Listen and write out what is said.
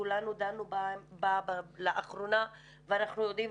כולנו דנו בה לאחרונה ואנחנו יודעים,